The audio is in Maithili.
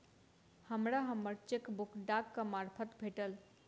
हमरा हम्मर चेकबुक डाकक मार्फत भेटल